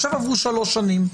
עכשיו עברו שלוש שנים,